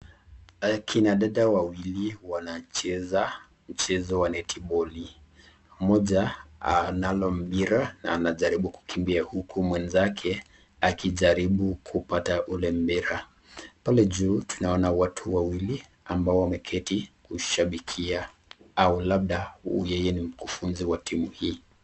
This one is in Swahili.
Akina dada wawili wanacheza mchezo wa netiboli. Mmoja analo mpira na anajaribu kukimbia uku mwenzake akijaribu kupata ule mpira. Pale juu tunaona watu wawili ambao wameketi kushambikia au labda yeye ni mfukufuzi wa timu hii.